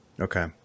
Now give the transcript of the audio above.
Okay